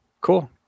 Cool